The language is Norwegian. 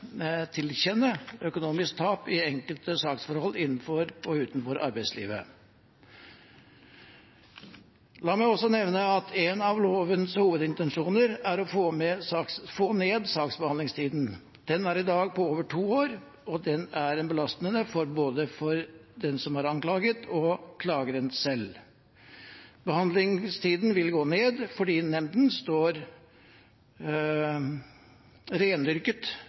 tilkjenne økonomiske tap i enkelte saksforhold innenfor og utenfor arbeidslivet. La meg også nevne at en av lovens hovedintensjoner er å få ned saksbehandlingstiden. Den er i dag på over to år, og det er belastende både for den som er anklaget, og for klageren selv. Behandlingstiden vil gå ned fordi nemnda får rendyrket